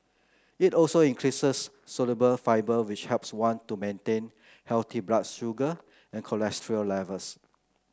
it also increases soluble fibre which helps one to maintain healthy blood sugar and cholesterol levels